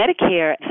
Medicare